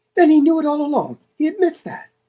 then he knew it all along he admits that?